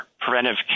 preventive